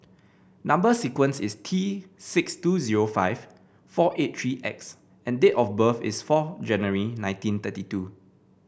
number sequence is T six two zero five four eight three X and date of birth is four January nineteen thirty two